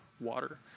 water